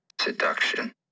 seduction